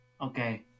okay